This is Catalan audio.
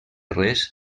res